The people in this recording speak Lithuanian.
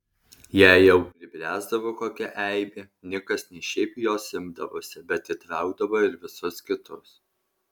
jei jau pribręsdavo kokia eibė nikas ne šiaip jos imdavosi bet įtraukdavo ir visus kitus